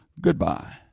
goodbye